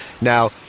Now